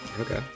okay